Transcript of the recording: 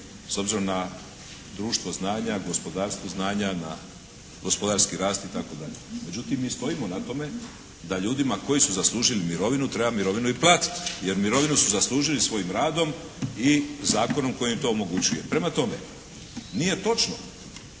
s obzirom na društvo znanja, gospodarstvo znanja, na gospodarski rast itd. Međutim, mi stojimo na tome da ljudima koji su zaslužili mirovinu treba mirovinu i platiti jer mirovinu su zaslužili svojim radom i zakonom koji im to omogućuje. Prema tome, nije točno